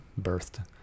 birthed